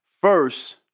First